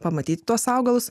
pamatyti tuos augalus